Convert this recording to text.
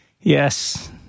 Yes